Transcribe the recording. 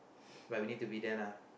like we need to be then ah